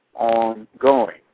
ongoing